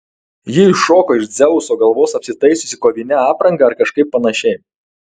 ji iššoko iš dzeuso galvos apsitaisiusi kovine apranga ar kažkaip panašiai